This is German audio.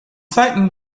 zeiten